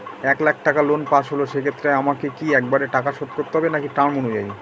এক লাখ টাকা লোন পাশ হল সেক্ষেত্রে আমাকে কি একবারে টাকা শোধ করতে হবে নাকি টার্ম অনুযায়ী?